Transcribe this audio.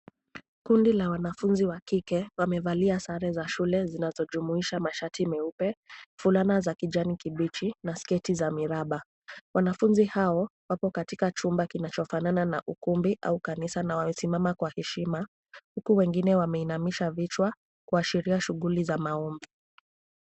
Kundi la wanafunzi wa kike wamevalia sare za shule zinazojumuisha mashati meupe, fulana za kijani kibichi na sketi za miraba. Wanafunzi hao wako katika chumba kinachofanana na ukumbi ama kanisa na wamesimama kwa heshima, huku wengine wameinamisha vichwa kuashiria shughuli za maombi.